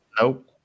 Nope